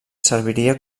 serviria